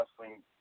wrestling